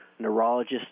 neurologist